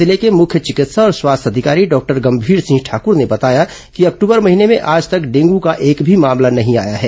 जिले के मुख्य चिकित्सा और स्वास्थ्य अधिकारी डॉक्टर गंभीर सिंह ठाकर ने बताया कि अक्टूबर महीने में आज तक डेंगू का एक भी मामला नहीं आया है